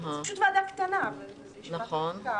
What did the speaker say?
זאת פשוט ועדה קטנה וזאת ישיבת חקיקה.